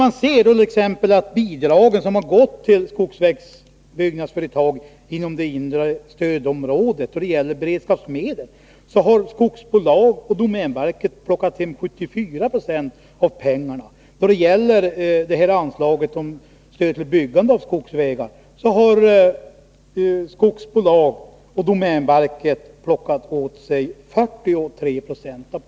Av de beredskapsmedel som gått till byggande av skogsvägar inom det inre stödområdet har skogsbolagen och domänverket plockat åt sig 74 26, och av anslaget för stöd till byggande av skogsvägar har skogsbolagen och domänverket plockat åt sig 43 96.